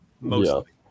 mostly